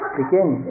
begin